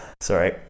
sorry